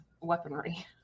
weaponry